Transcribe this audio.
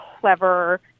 clever